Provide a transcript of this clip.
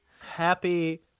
Happy